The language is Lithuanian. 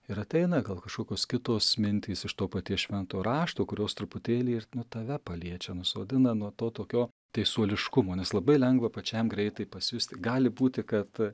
ir ateina gal kažkokios kitos mintys iš to paties švento rašto kurios truputėlį ir nu tave paliečia nusodina nuo to tokio teisuoliškumo nes labai lengva pačiam greitai pasijusti gali būti kad